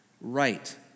right